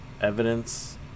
evidence